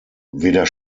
weder